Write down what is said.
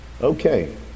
Okay